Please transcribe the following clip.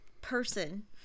person